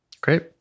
Great